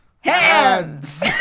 Hands